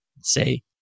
say